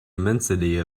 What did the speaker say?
immensity